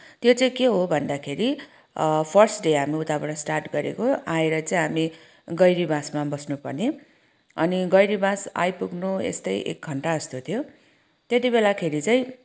त्यो चाहिँ के हो भन्दाखेरि फर्स्ट डे हामी उताबाट स्टार्ट गरेको आएर चाहिँ हामी गैरीबासमा बस्नुपर्ने अनि गैरीबास आइपुग्नु यस्तै एक घन्टा थियो त्यति बेलाखेरि चाहिँ